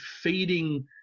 feeding